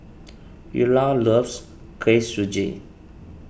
Illa loves Kuih Suji